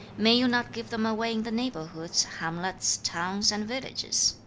may you not give them away in the neighborhoods, hamlets, towns, and villages